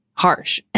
Harsh